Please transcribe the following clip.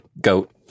goat